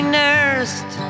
nursed